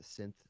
synth